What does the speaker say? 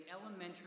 elementary